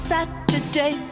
Saturday